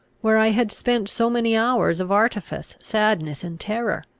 where i had spent so many hours of artifice, sadness, and terror.